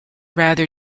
rather